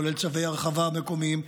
כולל צווי הרחבה מקומיים,